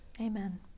Amen